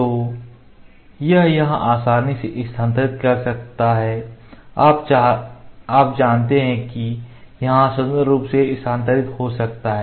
तो यह यहां आसानी से स्थानांतरित कर सकता है आप जानते हैं कि यह यहां स्वतंत्र रूप से स्थानांतरित हो सकता है